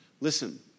Listen